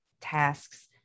tasks